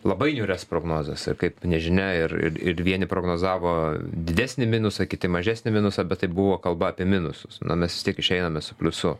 labai niūrias prognozes ir kaip nežinia ir ir ir vieni prognozavo didesnį minusą kiti mažesnį minusą bet tai buvo kalba apie minusus na mes vis tiek išeiname su pliusu